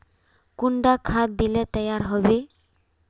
कुंडा खाद दिले तैयार होबे बे?